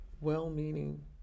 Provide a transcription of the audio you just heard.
well-meaning